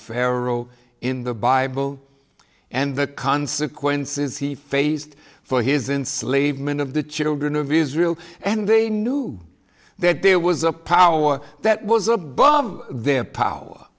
pharaoh in the bible and the consequences he faced for his in slave men of the children of israel and they knew that there was a power that was above their power